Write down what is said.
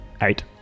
Eight